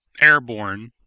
airborne